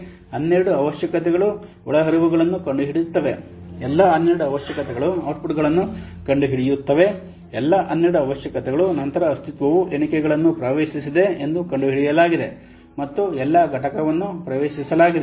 ಈ ರೀತಿಯಾಗಿ 12 ಅವಶ್ಯಕತೆಗಳು ಒಳಹರಿವುಗಳನ್ನು ಕಂಡುಹಿಡಿಯುತ್ತವೆ ಎಲ್ಲಾ 12 ಅವಶ್ಯಕತೆಗಳು ಔಟ್ಪುಟ್ಗಳನ್ನು ಕಂಡುಹಿಡಿಯುತ್ತವೆ ಎಲ್ಲಾ 12 ಅವಶ್ಯಕತೆಗಳು ನಂತರ ಅಸ್ತಿತ್ವವು ಎಣಿಕೆಗಳನ್ನು ಪ್ರವೇಶಿಸಿದೆ ಎಂದು ಕಂಡುಹಿಡಿಯಲಾಗಿದೆ ಮತ್ತು ಎಲ್ಲಾ ಘಟಕವನ್ನು ಪ್ರವೇಶಿಸಲಾಗಿದೆ